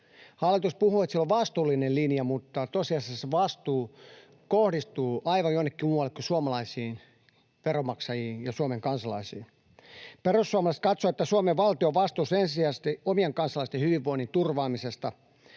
Hallitus puhuu, että sillä on vastuullinen linja, mutta tosiasiassa vastuu kohdistuu aivan jonnekin muualle kuin suomalaisiin veronmaksajiin ja Suomen kansalaisiin. Perussuomalaiset katsovat, että Suomen valtio on vastuussa ensisijaisesti omien kansalaisten hyvinvoinnin turvaamisesta